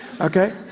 okay